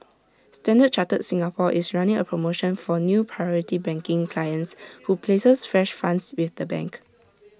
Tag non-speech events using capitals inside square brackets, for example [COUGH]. standard chartered Singapore is running A promotion for new [NOISE] priority banking clients who places fresh funds with the bank